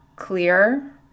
clear